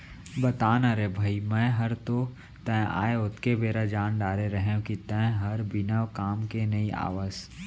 बता ना रे भई मैं हर तो तैं आय ओतके बेर जान डारे रहेव कि तैं हर बिना काम के नइ आवस